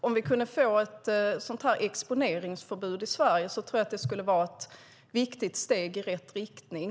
Om vi kunde få ett exponeringsförbud i Sverige tror jag att det skulle vara ett viktigt steg i rätt riktning.